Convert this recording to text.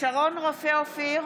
שרון רופא אופיר,